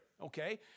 Okay